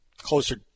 closer